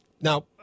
Now